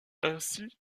ainsi